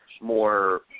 more